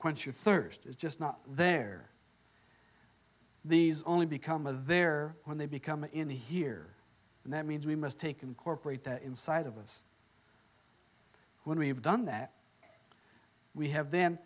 quench your thirst is just not there these only become a very when they become in the here and that means we must take incorporate inside of us when we have done that we have the